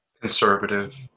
conservative